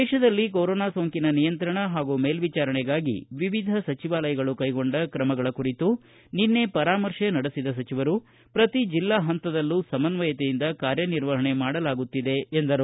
ದೇಶದಲ್ಲಿ ಕೊರೊನಾ ಸೋಂಕಿನ ನಿಯಂತ್ರಣ ಪಾಗೂ ಮೇಲ್ಲಿಚಾರಣೆಗಾಗಿ ವಿವಿಧ ಸಚಿವಾಲಯಗಳು ಕ್ರೆಗೊಂಡ ಕ್ರಮಗಳ ಕುರಿತು ನಿನ್ನೆ ಪರಾಮರ್ಶೆ ನಡೆಸಿದ ಸಚಿವರು ಪ್ರತಿ ಜಿಲ್ಲಾ ಹಂತದಲ್ಲೂ ಸಮನ್ವಯತೆಯಿಂದ ಕಾರ್ಯನಿರ್ವಹಣೆ ಮಾಡಲಾಗುತ್ತಿದೆ ಎಂದರು